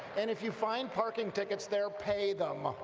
and if you find parking tickets there pay them!